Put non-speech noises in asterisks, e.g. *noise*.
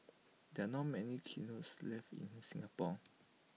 there are not many *unintelligible* left in Singapore